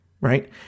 right